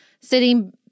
sitting